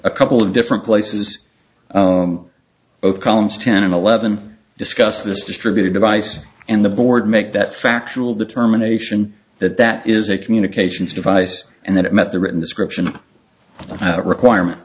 a couple of different places both columns ten and eleven discuss this distributed device and the board make that factual determination that that is a communications device and that it met the written description requirement